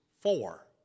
four